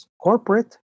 corporate